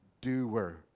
doer